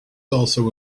also